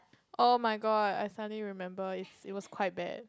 oh-my-god I suddenly remember it's it was quite bad